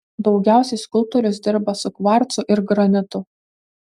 daugiausiai skulptorius dirba su kvarcu ir granitu